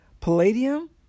Palladium